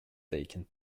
taking